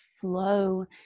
flow